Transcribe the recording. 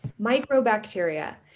microbacteria